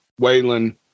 Waylon